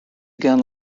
again